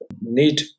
need